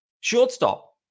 Shortstop